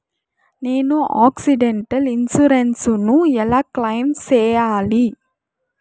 నేను accidental insurance ను ఎలా క్లెయిమ్ సేయాలి?